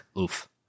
Oof